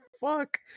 fuck